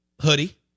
hoodie